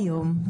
היום,